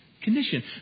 condition